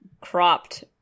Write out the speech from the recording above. Cropped